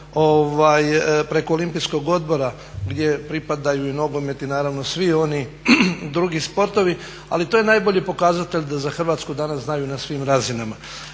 preko Olimpijskog odbora gdje pripadaju nogomet i naravno svi oni drugi sportovi, ali to je najbolji pokazatelj da za Hrvatsku danas znaju na svim razinama.